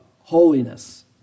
holiness